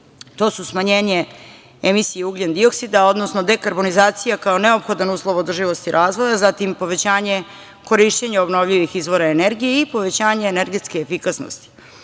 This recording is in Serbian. to su smanjenje emisije ugljen dioksida, odnosno dekarbonizacija kao neophodan uslov održivosti razvoja, zatim povećanje korišćenja obnovljivih izvora energije i povećanje energetske efikasnosti.